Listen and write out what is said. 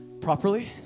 properly